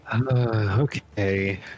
Okay